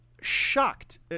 shocked